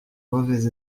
mauvais